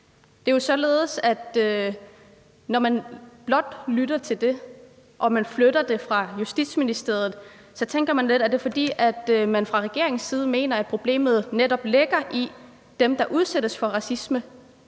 Det er jo således, at når man blot hører det – at man flytter det fra Justitsministeriet – tænker man lidt: Er det, fordi man fra regeringens side mener, at problemet netop ligger i dem, der udsættes for racisme,